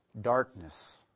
darkness